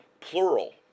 plural